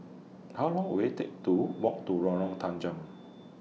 How Long Will IT Take to Walk to Lorong Tanggam